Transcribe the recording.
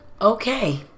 Okay